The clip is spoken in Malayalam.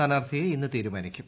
സ്ഥാനാർത്ഥിയെ ഇന്ന് തീരുമാനിക്കും